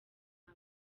aba